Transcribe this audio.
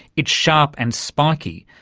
it's sharp and spiky.